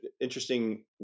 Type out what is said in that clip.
interesting